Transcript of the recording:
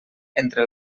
entre